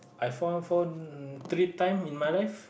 I found phone three times in my life